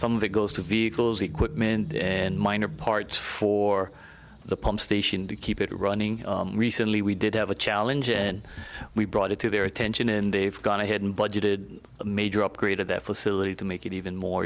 some of that goes to vehicles equipment and minor parts for the pump station to keep it running recently we did have a challenge and we brought it to their attention and they've gone ahead and budgeted a major upgrade of their facility to make it even more